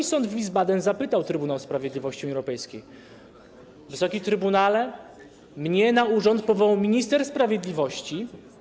I sąd w Wiesbaden zapytał Trybunał Sprawiedliwości Unii Europejskiej: Wysoki Trybunale, mnie na urząd powołał minister sprawiedliwości.